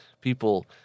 people